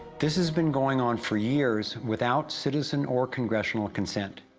this has been going on for years, without citizen or congressional consent.